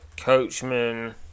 Coachman